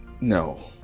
No